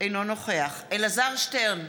אינו נוכח אלעזר שטרן,